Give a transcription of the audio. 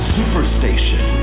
Superstation